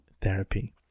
Therapy